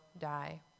die